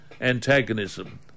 antagonism